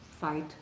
fight